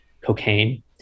cocaine